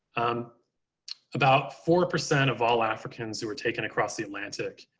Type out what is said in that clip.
um about four percent of all africans who were taken across the atlantic,